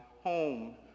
home